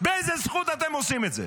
באיזו זכות אתם עושים את זה?